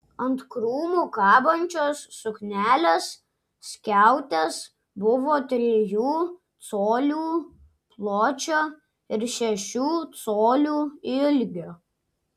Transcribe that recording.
ant krūmų kabančios suknelės skiautės buvo trijų colių pločio ir šešių colių ilgio